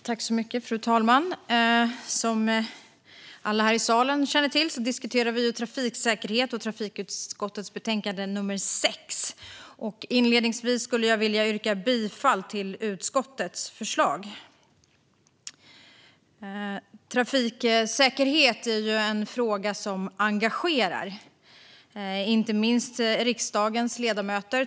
Fru talman! Som alla här i salen känner till diskuterar vi trafiksäkerhet och trafikutskottets betänkande nummer 6. Inledningsvis vill jag yrka bifall till utskottets förslag. Trafiksäkerhet är en fråga som engagerar, inte minst riksdagens ledamöter.